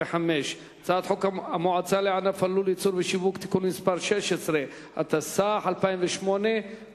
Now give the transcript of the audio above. הצעת חוק המועצה לענף הלול (ייצור ושיווק) (תיקון מס' 16),